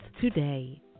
today